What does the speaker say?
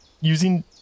using